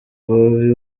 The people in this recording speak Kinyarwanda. bobi